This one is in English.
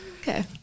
Okay